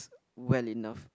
well enough